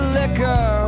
liquor